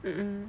mm mm